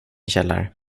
källare